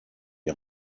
les